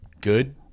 good